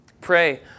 Pray